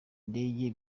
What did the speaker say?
ndege